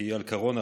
כי על הקורונה,